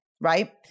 right